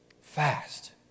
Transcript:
Fast